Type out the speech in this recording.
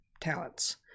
talents